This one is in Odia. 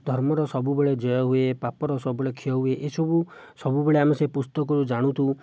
ଧର୍ମର ସବୁବେଳେ ଜୟ ହୁଏ ପାପର ସବୁ ବେଳେ କ୍ଷୟ ହୁଏ ଏସବୁ ସବୁବେଳେ ଆମେ ସେ ପୁସ୍ତକରୁ ଜାଣୁଛୁ